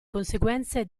conseguenze